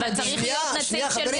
אבל צריך להיות נציג שאמון על זה.